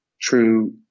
true